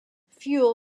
fuel